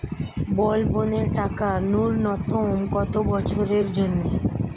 বলবনের টাকা ন্যূনতম কত বছরের জন্য?